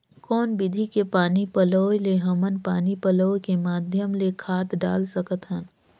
कौन विधि के पानी पलोय ले हमन पानी पलोय के माध्यम ले खाद डाल सकत हन?